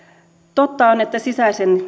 totta on että sisäisen